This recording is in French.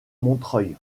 montreuil